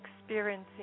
experiencing